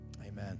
amen